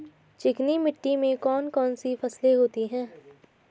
चिकनी मिट्टी में कौन कौन सी फसलें होती हैं?